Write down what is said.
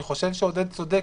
אני חושב שעודד אופק צודק.